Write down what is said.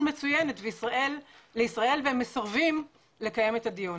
מצוינת לישראל ושהם מסרבים לקיים את הדיון.